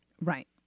Right